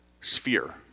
sphere